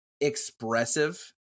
expressive